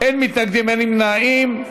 אין מתנגדים, אין נמנעים.